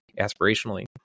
aspirationally